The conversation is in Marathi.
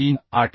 38